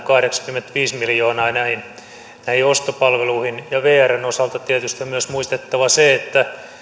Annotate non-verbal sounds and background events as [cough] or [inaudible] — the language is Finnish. [unintelligible] kahdeksankymmentäviisi miljoonaa näihin ostopalveluihin ja vrn osalta tietysti on myös muistettava se että